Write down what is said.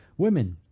women,